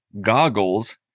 goggles